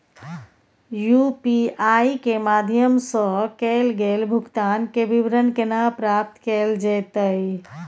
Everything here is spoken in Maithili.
यु.पी.आई के माध्यम सं कैल गेल भुगतान, के विवरण केना प्राप्त कैल जेतै?